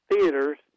theaters